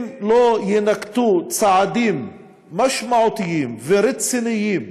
אם לא יינקטו צעדים משמעותיים ורציניים